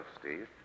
Steve